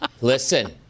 Listen